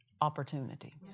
opportunity